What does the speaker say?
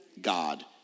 God